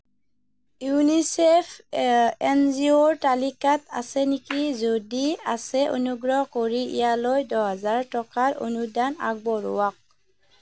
UNICEF এনজিঅ'ৰ তালিকাত আছে নেকি যদি আছে অনুগ্ৰহ কৰি ইয়ালৈ দহ হেজাৰ টকাৰ অনুদান আগবঢ়াওক